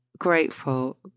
Grateful